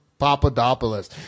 Papadopoulos